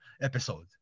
episode